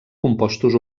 compostos